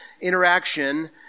interaction